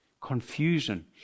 confusion